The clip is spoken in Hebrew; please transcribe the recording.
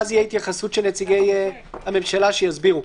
ואז תהיה התייחסות של נציגי הממשלה שיסבירו.